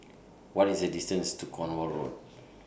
What IS The distance to Cornwall Road